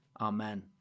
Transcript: Amen